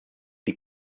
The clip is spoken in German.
die